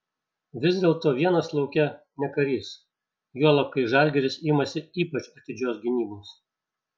vis dėlto vienas lauke ne karys juolab kai žalgiris imasi ypač atidžios gynybos